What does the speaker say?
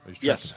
Yes